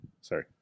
Sorry